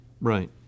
Right